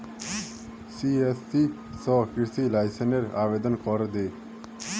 CSC स कृषि लाइसेंसेर आवेदन करे दे